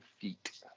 feet